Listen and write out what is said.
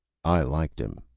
i liked him.